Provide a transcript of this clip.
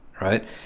right